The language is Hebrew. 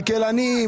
כלכלנים,